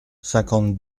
cinquante